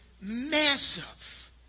massive